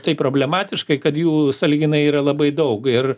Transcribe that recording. taip problematiškai kad jų sąlyginai yra labai daug ir